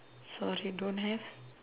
sorry don't have